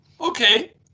Okay